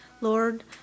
Lord